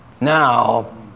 Now